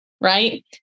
right